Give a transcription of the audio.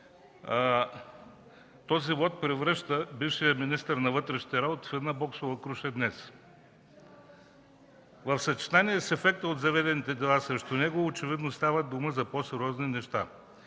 този вот превръща бившия министър на вътрешните работи в една боксова круша днес. В съчетание с ефекта от заведените дела срещу него, очевидно става дума за по-сериозни неща,